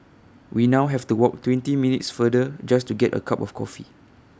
we now have to walk twenty minutes farther just to get A cup of coffee